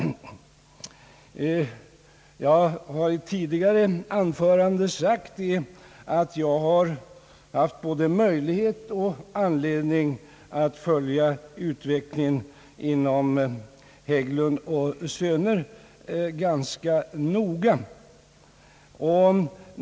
I ett tidigare anförande har jag sagt att jag har haft både möjlighet och anledning att följa utvecklingen inom Hägglund & Söner ganska noga.